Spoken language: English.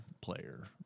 player